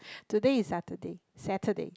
today is Saturday Saturday